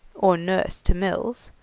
or nurse to mills,